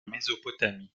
mésopotamie